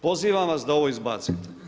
Pozivam vas da ovo izbacite.